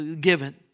given